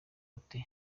buti